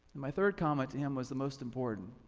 and my third comment to him was the most important.